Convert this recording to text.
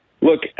Look